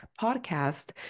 podcast